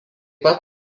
pat